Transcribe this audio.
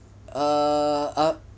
err err